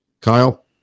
Kyle